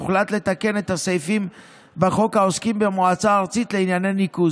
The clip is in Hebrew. הוחלט לתקן את הסעיפים בחוק העוסקים במועצה הארצית לענייני ניקוז,